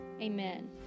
amen